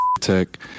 tech